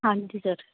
ਹਾਂਜੀ ਸਰ